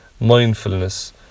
mindfulness